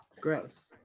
Gross